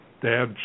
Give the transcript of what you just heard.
Dad